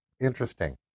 interesting